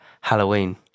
Halloween